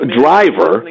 driver